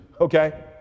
Okay